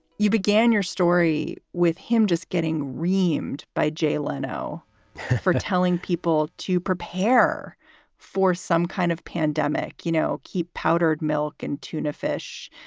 you began your story with him just getting reamed by jay leno for telling people to prepare for some kind of pandemic. you know, keep powdered milk and tuna fish.